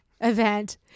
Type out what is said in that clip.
event